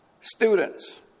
students